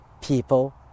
people